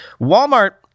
Walmart